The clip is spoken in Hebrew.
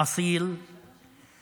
קודם כול זו מדינה